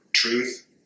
truth